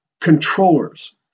controllers